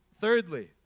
Thirdly